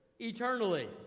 Eternally